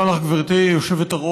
תודה לך, גברתי היושבת-ראש.